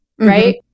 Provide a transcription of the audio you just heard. Right